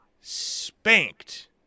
spanked